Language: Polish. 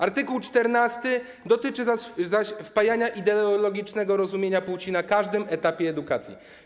Art. 14 dotyczy zaś wpajania ideologicznego rozumienia płci na każdym etapie edukacji.